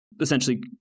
essentially